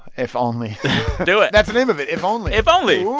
if only do it that's the name of it if only. if only.